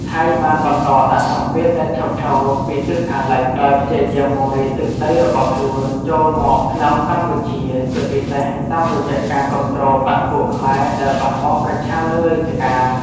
ថៃបានបន្តដាក់សម្ពាធឥតឈប់ឈរពីទិសខាងលិច ដោយព្យាយាមពង្រីកទឹកដីរបស់ខ្លួនចូលមកក្នុងកម្ពុជា ជាពិសេសតាមរយៈការគាំទ្របក្សពួកខ្មែរដែលបះបោរប្រឆាំងនឹងរាជការ។